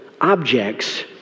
objects